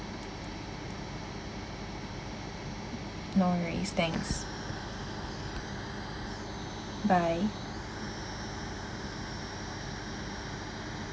no worries thanks bye